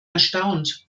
erstaunt